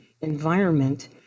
environment